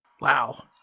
Wow